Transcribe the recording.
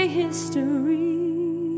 history